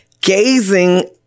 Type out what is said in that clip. gazing